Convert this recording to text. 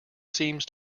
seems